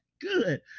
good